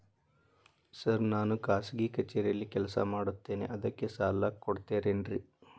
Sir ನಾನು ಖಾಸಗಿ ಕಚೇರಿಯಲ್ಲಿ ಕೆಲಸ ಮಾಡುತ್ತೇನೆ ಅದಕ್ಕೆ ಸಾಲ ಕೊಡ್ತೇರೇನ್ರಿ?